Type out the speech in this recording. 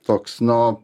toks nu